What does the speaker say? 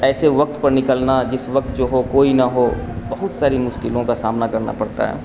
ایسے وقت پر نکلنا جس وقت جو ہو کوئی نہ ہو بہت ساری مشکلوں کا سامنا کرنا پڑتا ہے